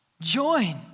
Join